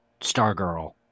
Stargirl